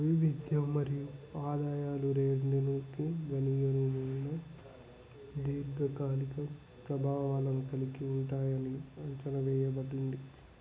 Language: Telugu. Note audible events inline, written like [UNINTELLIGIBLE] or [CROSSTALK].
అవి విద్య మరియు ఆదాయాలు [UNINTELLIGIBLE] దీర్ఘకాలిక ప్రభావాలను కలిగి ఉంటాయని అంచనా వేయబడింది